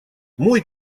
мой